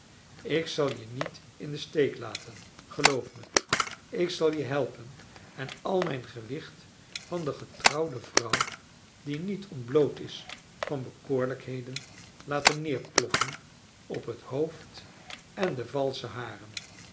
ik zal je niet in den steek laten geloof me ik zal je helpen en al mijn gewicht van getrouwde vrouw die niet ontbloot is van bekoorlrjkheden laten neerploffen op het hoofd en de valsche haren